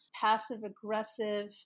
passive-aggressive